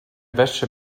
wäsche